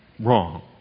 Wrong